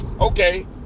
okay